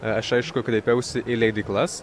aš aišku kreipiausi į leidyklas